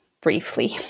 briefly